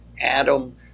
Adam